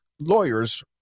lawyers